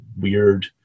weird